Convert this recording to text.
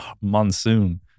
monsoon